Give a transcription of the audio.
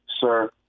sir